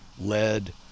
Lead